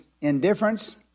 indifference